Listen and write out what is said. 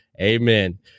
Amen